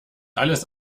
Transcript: alles